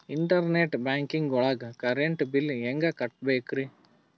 Internet banking ಒಳಗ್ current bill ಹೆಂಗ್ ಕಟ್ಟ್ ಬೇಕ್ರಿ?